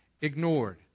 ignored